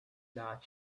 that